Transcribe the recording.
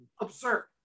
absurd